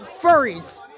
furries